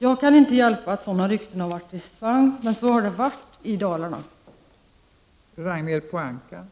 Jag kan inte hjälpa att sådana rykten har varit i svang, men detta har faktiskt varit fallet i Dalarna.